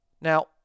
Now